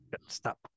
Stop